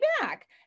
back